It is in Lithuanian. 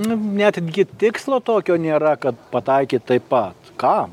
nu net gi tikslo tokio nėra kad pataikė taip pat kam